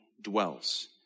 dwells